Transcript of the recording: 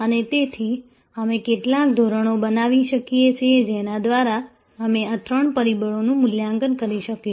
અને તેથી અમે કેટલાક ધોરણો બનાવી શકીએ છીએ જેના દ્વારા અમે આ ત્રણ પરિબળોનું મૂલ્યાંકન કરી શકીશું